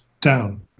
down